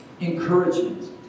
encouragement